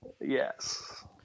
Yes